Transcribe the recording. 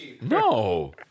No